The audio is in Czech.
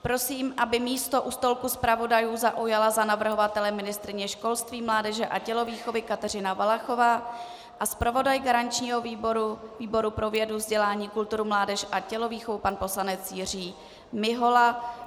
Prosím, aby místo u stoku zpravodajů zaujala ministryně školství, mládeže a tělovýchovy Kateřina Valachová a zpravodaj garančního výboru pro vědu, vzdělání, kulturu, mládež a tělovýchovu pan poslanec Jiří Mihola.